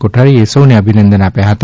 કોઠારીએ સૌ ને અભિનંદન આપ્યા હતા